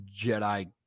Jedi